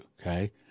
okay